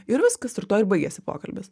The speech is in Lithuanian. ir viskas ir tuo ir baigėsi pokalbis